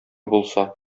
булса